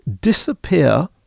disappear